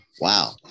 Wow